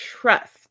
trust